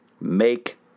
Make